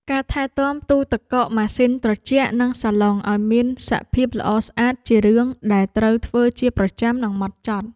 ការថែទាំទូទឹកកកម៉ាស៊ីនត្រជាក់និងសាឡុងឱ្យមានសភាពល្អស្អាតជារឿងដែលត្រូវធ្វើជាប្រចាំនិងម៉ត់ចត់។